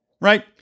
right